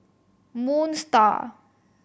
Moon Star